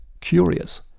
curious